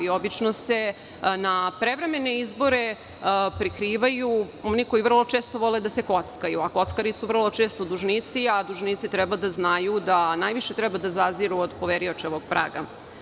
Obično se na prevremene izbore prikrivaju oni koji vrlo često vole da se kockaju, a kockari su vrlo često dužnici, a dužnici treba da znaju da najviše treba da zaziru od poveriočevog praga.